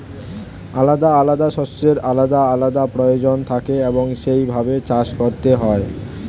আলাদা আলাদা শস্যের আলাদা আলাদা প্রয়োজন থাকে এবং সেই ভাবে চাষ করতে হয়